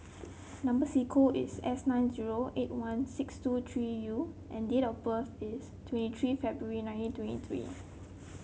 number sequence is S nine zero eight one six two three U and date of birth is twenty three February nineteen twenty three